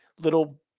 little